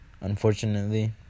Unfortunately